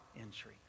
entry